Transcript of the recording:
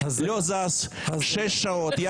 לא זז שש שעות,